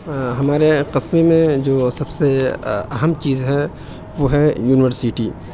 ہمارے قصبے میں جو سب سے اہم چیز ہے وہ ہے یونیورسٹی